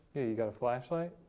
yeah, you got a flashlight?